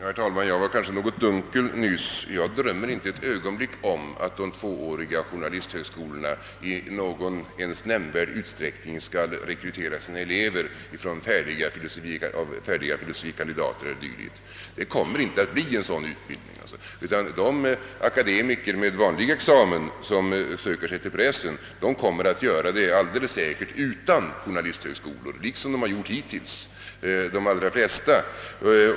Herr talman! Jag uttryckte mig kanske något dunkelt nyss. Jag drömmer inte ett ögonblick om att de tvååriga journalisthögskolorna i nämnvärd utsträckning skall rekrytera sina elever bland färdiga filosofie kandidater e.d. Det kommer inte att bli en sådan utbildning, utan de akademiker med vanlig examen, som söker sig till pressen, kommer alldeles säkert att göra det utan journalisthögskolor, liksom de gjort hittills.